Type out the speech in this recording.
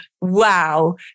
wow